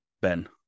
Ben